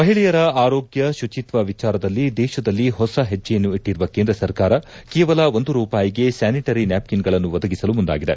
ಮಹಿಳೆಯರ ಆರೋಗ್ಲ ಶುಚಿತ್ವ ವಿಚಾರದಲ್ಲಿ ದೇಶದಲ್ಲಿ ಹೊಸ ಹೆಜ್ಲೆಯನ್ನು ಇಟ್ಟರುವ ಕೇಂದ್ರ ಸರ್ಕಾರ ಕೇವಲ ಒಂದು ರೂಪಾಯಿಗೆ ಸ್ನಾನಿಟರಿ ನ್ನಾಪ್ಕಿನ್ಗಳನ್ನು ಒದಗಿಸಲು ಮುಂದಾಗಿದೆ